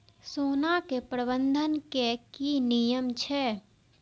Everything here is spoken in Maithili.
सोना के बंधन के कि नियम छै?